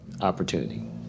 opportunity